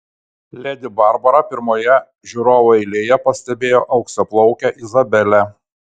ledi barbara pirmoje žiūrovų eilėje pastebėjo auksaplaukę izabelę